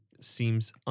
seems